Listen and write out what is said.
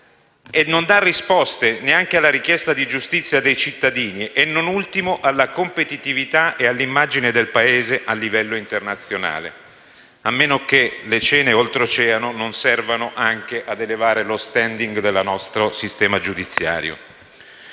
non dà risposte neanche alla richiesta di giustizia dei cittadini e, non ultimo, alla competitività e all'immagine del Paese a livello internazionale, a meno che le cene oltreoceano non servano anche a elevare lo *standing* del nostro sistema giudiziario.